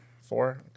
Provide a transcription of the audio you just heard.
four